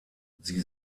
sie